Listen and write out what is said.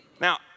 Now